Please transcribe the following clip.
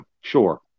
Sure